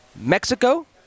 Mexico